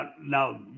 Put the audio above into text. now